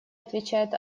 отвечает